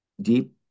deep